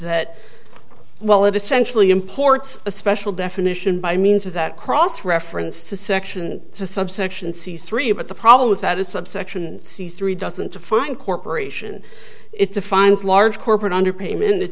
that well it essentially imports a special definition by means of that cross reference to section subsection c three but the problem with that is subsection c three doesn't to find corporation it's a finds large corporate underpayment it